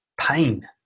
pain